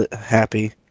happy